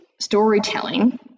storytelling